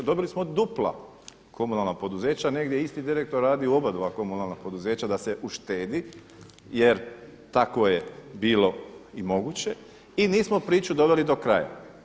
Dobili smo dupla komunalna poduzeća, negdje je isti direktor radio u obadva komunalna poduzeća da se uštedi jer tako je bilo i moguće i nismo priču doveli do kraja.